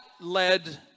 led